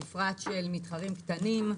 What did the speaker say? בפרט של מתחרים קטנים.